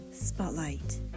Spotlight